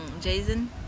Jason